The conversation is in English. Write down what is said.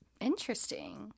Interesting